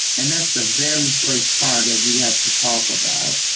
and that's the very first part that we have to talk about,